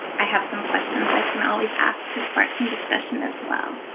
i have some questions i can always ask to spark some discussion as well?